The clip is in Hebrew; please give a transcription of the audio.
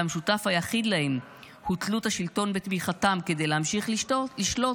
שהמשותף היחיד להם הוא תלות השלטון בתמיכתם כדי להמשיך לשלוט,